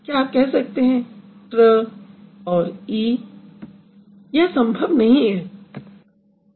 क्या आप कह सकते हैं tra ट्र एवं ई यह संभव नहीं है